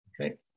okay